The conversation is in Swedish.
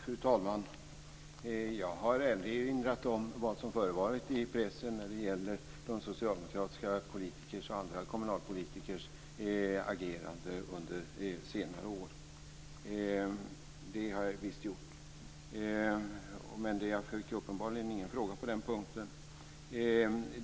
Fru talman! Jag har erinrat om vad som har förevarit i pressen när det gäller socialdemokratiska politikers och andra kommunalpolitikers agerande under senare år. Men jag fick uppenbarligen ingen fråga på den punkten.